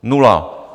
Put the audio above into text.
Nula!